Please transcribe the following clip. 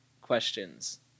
questions